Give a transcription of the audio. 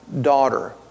daughter